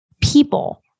people